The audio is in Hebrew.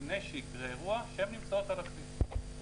לפני שיקרה אירוע, שהן נמצאות על הכביש.